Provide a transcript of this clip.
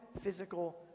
physical